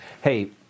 Hey